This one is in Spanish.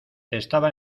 estaba